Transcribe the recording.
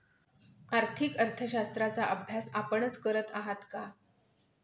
आर्थिक अर्थशास्त्राचा अभ्यास आपणच करत आहात का?